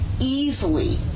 easily